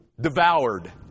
Devoured